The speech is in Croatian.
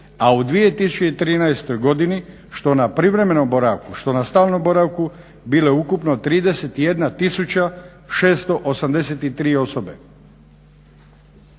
a u 2013. godini što na privremenom boravku, što na stalnom boravku bilo je ukupno 31683 osobe.